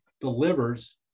delivers